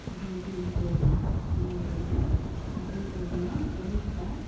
ধুনীয়াকৈ মিহি কৰি লওঁ তাৰ পাছত মই লগে লগে ঢাকনটো উদঙাই উতলি থকা